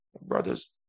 brothers